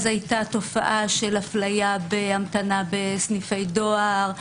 אז היתה תופעה של אפליה בהמתנה בסניפי דואר,